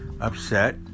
upset